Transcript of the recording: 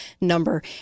number